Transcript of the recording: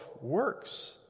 works